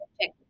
check